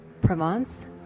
Provence